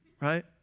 right